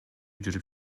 жүрүп